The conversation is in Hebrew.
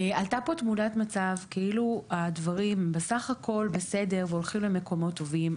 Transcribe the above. עלתה פה תמונת מצב כאילו הדברים בסך הכול בסדר והולכים למקומות טובים.